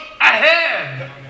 ahead